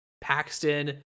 Paxton